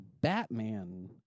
Batman